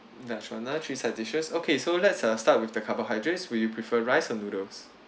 let's choose now three side dishes okay so let's uh start with the carbohydrates will you prefer rice or noodles